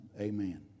amen